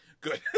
Good